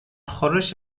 خورش